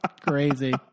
Crazy